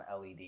LED